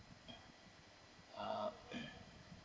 uh